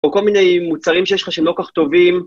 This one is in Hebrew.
או כל מיני מוצרים שיש לך שהם לא כל כך טובים.